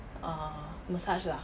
err massage lah